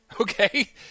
Okay